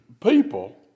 people